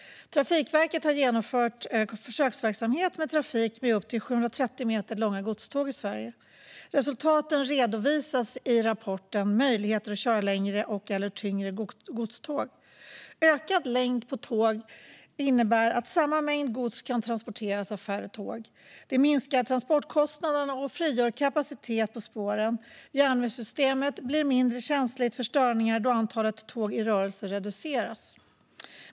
Trafikverket har genomfört försöksverksamhet med trafik med upp till 730 meter långa godståg i Sverige. Resultaten redovisas i rapporten Möjligheter att köra längre och/eller tyngre godståg . Ökad längd på tåg innebär att samma mängd gods kan transporteras av färre tåg. Det minskar transportkostnaderna och frigör kapacitet på spåren. Järnvägssystemet blir mindre känsligt för störningar då antalet tåg i rörelse reduceras.